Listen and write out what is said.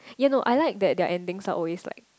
ya no I like that their endings are always like